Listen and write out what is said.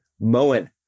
Moen